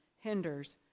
hinders